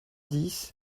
dix